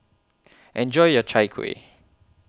Enjoy your Chai Kuih